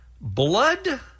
blood